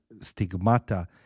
stigmata